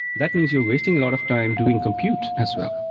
that means you're wasting a lot of time doing compute as well.